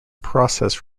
process